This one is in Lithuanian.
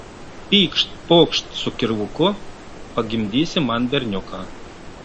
pykšt pokšt su kirvuku pagimdysi man berniuką